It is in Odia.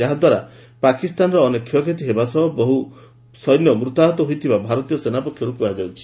ଯାହାଦ୍ୱାରା ପାକିସ୍ତାନର ଅନେକ କ୍ଷୟକ୍ଷତି ହେବା ସହ ବହୁ ସୈନ୍ୟ ମୃତାହତ ହୋଇଥିବା ଭାରତୀୟ ସେନା ପକ୍ଷରୁ କୁହାଯାଉଛି